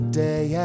day